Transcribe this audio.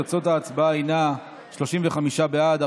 תוצאות ההצבעה הן 35 בעד,